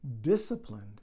disciplined